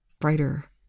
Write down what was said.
brighter